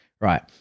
Right